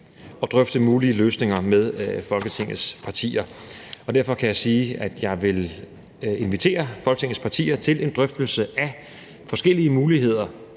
og drøfte mulige løsninger med Folketingets partier. Derfor kan jeg sige, at jeg vil invitere Folketingets partier til en drøftelse af forskellige muligheder,